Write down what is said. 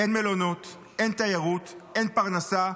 אין מלונות, אין תיירות, אין פרנסה,